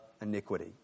iniquity